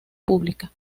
pública